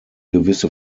gewisse